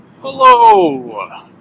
Hello